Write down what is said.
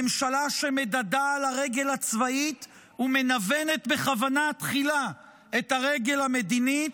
ממשלה שמדדה על הרגל הצבאית ומנוונת בכוונה תחילה את הרגל המדינית,